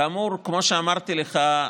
כאמור, כמו שאמרתי לך,